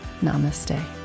Namaste